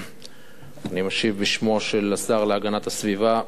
אני משיב בשמו של השר להגנת הסביבה,